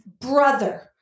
brother